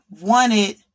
wanted